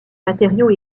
matériau